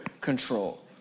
control